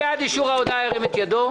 ירים את ידו.